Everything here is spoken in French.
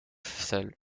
seule